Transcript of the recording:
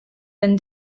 been